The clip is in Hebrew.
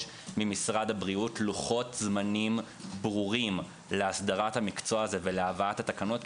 ממשרד הבריאות לוחות זמנים ברורים להסדרת המקצוע הזה ולהבאת התקנות.